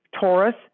Taurus